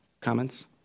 comments